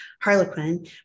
Harlequin